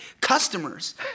customers